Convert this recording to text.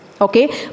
Okay